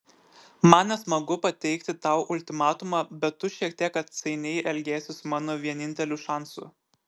man nesmagu pateikti tau ultimatumą bet tu šiek tiek atsainiai elgiesi su mano vieninteliu šansu